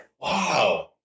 Wow